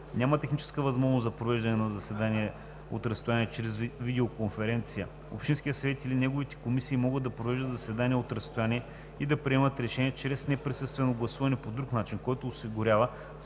няма техническа възможност за провеждане на заседание от разстояние чрез видеоконференция, общинският съвет или неговите комисии могат да провеждат заседания от разстояние и да приемат решения чрез неприсъствено гласуване по друг начин, който осигурява